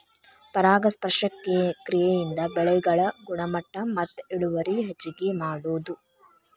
ಪರಾಗಸ್ಪರ್ಶ ಕ್ರಿಯೆಯಿಂದ ಬೆಳೆಗಳ ಗುಣಮಟ್ಟ ಮತ್ತ ಇಳುವರಿ ಹೆಚಗಿ ಮಾಡುದು